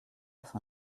for